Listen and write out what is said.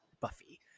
Buffy